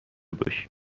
باشیم